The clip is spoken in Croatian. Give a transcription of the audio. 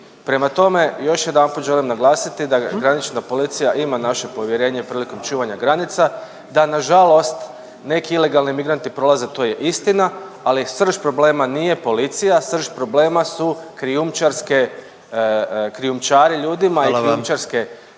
Prema tome, još jedanput želim naglasiti da granična policija ima naše povjerenje prilikom čuvanja granica, da nažalost neki ilegalni migranti prolaze to je istina, ali srž problema nije policija, srž problema su krijumčarske, krijumčari